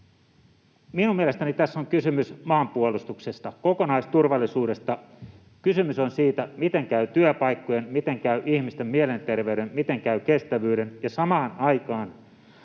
Minun mielestäni tässä on kysymys maanpuolustuksesta, kokonaisturvallisuudesta — kysymys on siitä, miten käy työpaikkojen, miten käy ihmisten mielenterveyden, miten käy kestävyyden — ja samaan aikaan